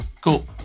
Cool